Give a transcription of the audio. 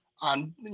on